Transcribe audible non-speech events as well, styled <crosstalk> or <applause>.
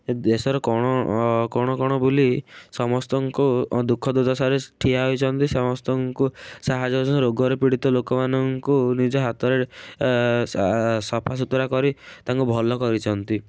ଏ ଦେଶର କୋଣ କୋଣ କୋଣ ବୁଲି ସମସ୍ତଙ୍କୁ ଦୁଃଖ ଦୁର୍ଦଶାରେ ଠିଆ ହୋଇଛନ୍ତି ସମସ୍ତଙ୍କୁ ସାହାଯ୍ୟ <unintelligible> ରୋଗରେ ପୀଡ଼ିତ ଲୋକମାନଙ୍କୁ ନିଜ ହାତରେ ସଫା ସୁତୁରା କରି ତାଙ୍କୁ ଭଲ କରିଛନ୍ତି